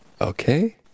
okay